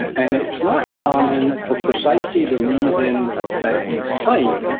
and it's not common for precisely the reason that you cite.